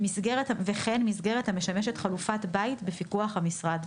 וכן מסגרת המשמשת חלופת בית המצויה בפיקוח המשרד.